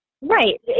Right